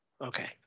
Okay